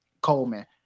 Coleman